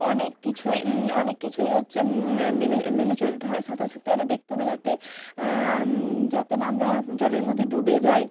অনেক কিছুই অনেক কিছুই হচ্ছে মেনে মেনে চলতে হয় সাঁতার শিখতে এলে দেখতে হবে যাতে যাতে না আমরা জলের মধ্যে ডুবে যাই